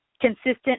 consistent